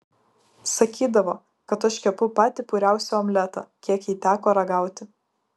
sakydavo kad aš kepu patį puriausią omletą kiek jai teko ragauti